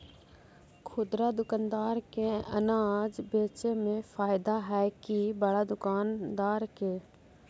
खुदरा दुकानदार के अनाज बेचे में फायदा हैं कि बड़ा दुकानदार के?